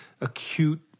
acute